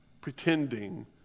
pretending